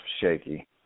shaky